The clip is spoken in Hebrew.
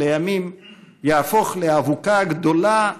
שלימים יהפוך לאבוקה גדולה,